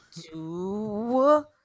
two